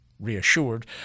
Reassured